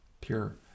Pure